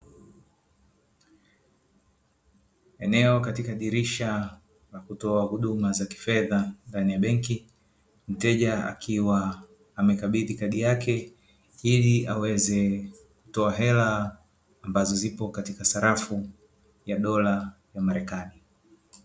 Eneo katika dirisha la kutoa huduma za kifedha ndani ya benki, mteja akiwa amekabidhi kadi yake ili aweze kutoa hela ambazo zipo katika sarafu ya dola za marekani.